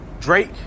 Drake